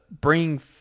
bring